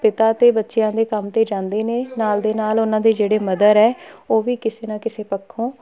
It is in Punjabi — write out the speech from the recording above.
ਪਿਤਾ ਤਾਂ ਬੱਚਿਆਂ ਦੇ ਕੰਮ 'ਤੇ ਜਾਂਦੇ ਨੇ ਨਾਲ ਦੇ ਨਾਲ ਉਹਨਾਂ ਦੇ ਜਿਹੜੇ ਮਦਰ ਹੈ ਉਹ ਵੀ ਕਿਸੇ ਨਾ ਕਿਸੇ ਪੱਖੋਂ